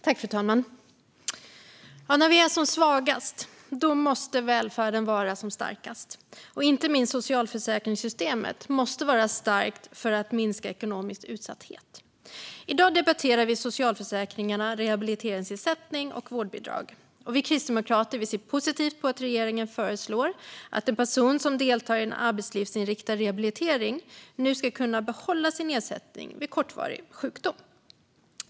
Fru talman! När vi är som svagast måste välfärden vara som starkast. Inte minst socialförsäkringssystemet måste vara starkt för att minska ekonomisk utsatthet. I dag debatterar vi socialförsäkringarna rehabiliteringsersättning och vårdbidrag. Vi kristdemokrater ser positivt på att regeringen föreslår att personer som deltar i en arbetslivsinriktad rehabilitering nu ska kunna behålla sin ersättning vid kortvarig sjukdom.